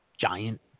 giant